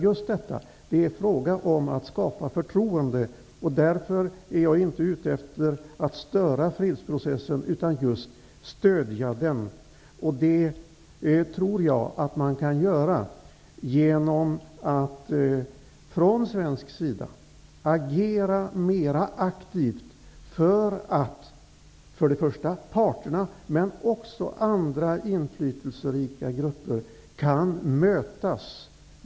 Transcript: Det är just fråga om att skapa förtroende, och därför är jag inte ute efter att störa fredsprocessen, utan att stödja den. Jag tror att vi kan göra det från svensk sida genom att agera mera aktivt för att först och främst parterna men också andra inflytelserika grupper kan mötas.